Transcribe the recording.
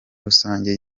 rusange